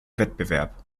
wettbewerb